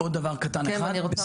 עוד דבר קטן אחד, בשורה